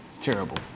Terrible